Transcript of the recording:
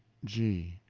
g.